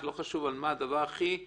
לא חשוב על מה, הדבר הכי פשוט,